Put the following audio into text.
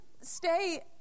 stay